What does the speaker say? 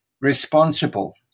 responsible